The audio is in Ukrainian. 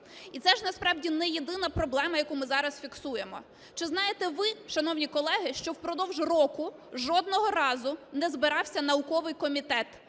І це ж насправді не єдина проблема, яку ми зараз фіксуємо. Чи знаєте ви, шановні колеги, що впродовж року жодного разу не збирався Науковий комітет,